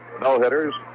no-hitters